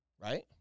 right